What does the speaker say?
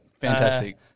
Fantastic